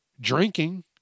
drinking